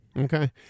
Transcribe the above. okay